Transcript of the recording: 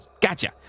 Gotcha